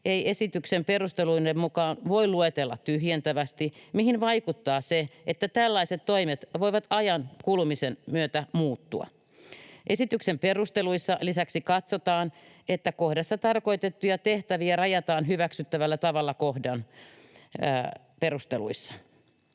ei esityksen perusteluiden mukaan voi luetella tyhjentävästi, mihin vaikuttaa se, että tällaiset toimet voivat ajan kulumisen myötä muuttua. Esityksen perusteluissa lisäksi katsotaan, että kohdassa tarkoitettuja tehtäviä rajataan hyväksyttävällä tavalla kohdan perusteluissa.